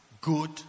good